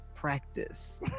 practice